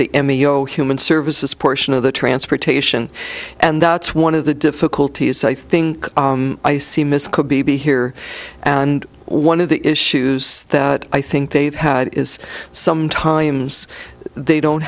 the m e o human services portion of the transportation and that's one of the difficulties i think i see miss could be be here and one of the issues that i think they've had is sometimes they don't